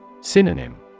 Synonym